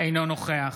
אינו נוכח